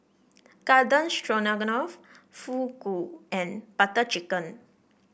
Garden Fugu and Butter Chicken